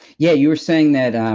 yeah, you were saying that, um